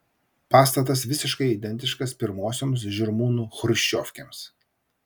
pastatas visiškai identiškas pirmosioms žirmūnų chruščiovkėms